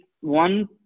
one